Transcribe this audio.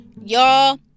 y'all